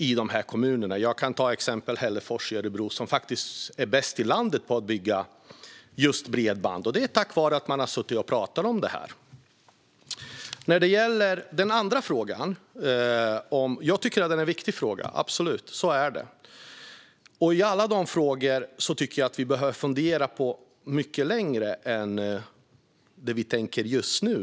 Som exempel kan jag nämna Hällefors i Örebro som faktiskt är bäst i landet på att bygga bredband. Det är tack vare att man har suttit ned och pratat om detta. Vad gäller den andra frågan tycker jag absolut att den är viktig. I alla de frågor vi har tycker jag att vi behöver fundera mycket längre än vad vi tänker just nu.